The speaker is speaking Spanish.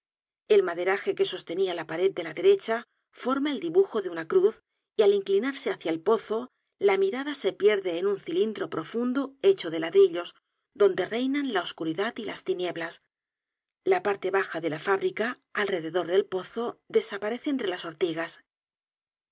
el maderaje que sostenía la pared de la derecha forma el dibujo de una cruz y al inclinarse hácia el pozo la mirada se pierde en un cilindro profundo hecho de ladrillos donde reinan la oscuridad y las tinieblas la parte baja de la fábrica alrededor del pozo desaparece entre las